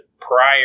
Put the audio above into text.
prior